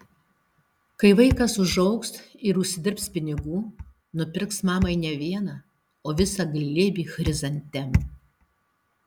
kai vaikas užaugs ir užsidirbs pinigų nupirks mamai ne vieną o visą glėbį chrizantemų